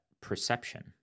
perception